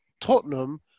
Tottenham